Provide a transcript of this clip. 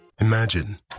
Imagine